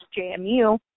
JMU